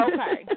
Okay